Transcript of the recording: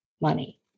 money